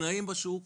התנאים בשוק